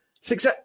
six